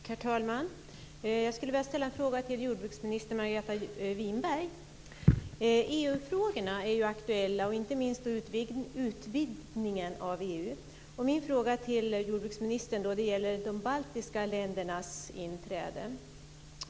Herr talman! Jag skulle vilja ställa en fråga till jordbruksminister Margareta Winberg. EU-frågorna är ju aktuella, inte minst utvidgningen av EU. Min fråga till jordbruksministern gäller de baltiska ländernas inträde.